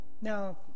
Now